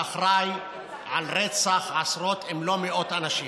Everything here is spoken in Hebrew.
האחראי לרצח עשרות אם לא מאות אנשים,